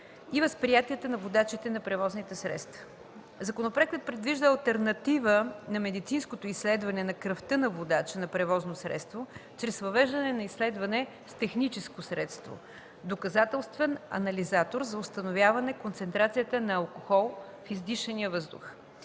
и възприятията на водачите на превозни средства. Законопроектът предвижда алтернатива на медицинското изследване на кръвта на водача на превозно средство чрез въвеждане на изследване с техническо средство – доказателствен анализатор за установяване концентрацията на алкохол в издишания въздух.